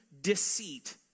deceit